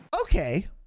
Okay